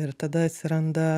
ir tada atsiranda